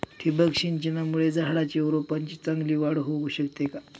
ठिबक सिंचनामुळे झाडाची व रोपांची चांगली वाढ होऊ शकते का?